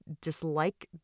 dislike